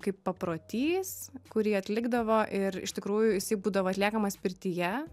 kaip paprotys kurį atlikdavo ir iš tikrųjų jisai būdavo atliekamas pirtyje